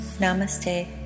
Namaste